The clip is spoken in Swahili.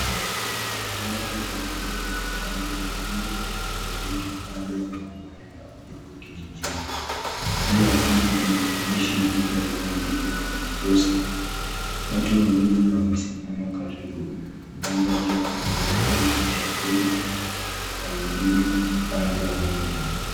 Lori jeupe lenye tanki jekundu limeegeshwa kando ya barabara ya udongo kijijini, juu ya tanki kuna maandishi meupe iliyoandikwa Exhauster ,watu wawili wamesimama karibu, mmoja akiwa karibu na kichwa cha lori na mwingine upande wa nyuma.